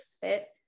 fit